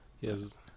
yes